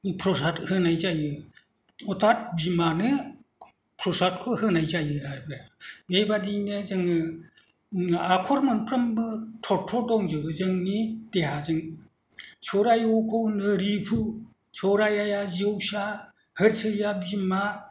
प्रसाद होनाय जायो अर्थाद बिमानो प्रसादखौ होनाय जायो आरो बेबादिनो जोङो आख'र मोनफ्रोमबो थर्थ दंजोबो जोंनि देहाजों 'अ' खौ होनो रिफु' 'आ' या 'जिउसा' 'इ' आ 'बिमा'